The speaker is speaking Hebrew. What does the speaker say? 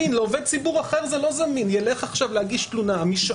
מידע שאני עוד צריך להתעמק בהם מעוררים